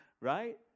right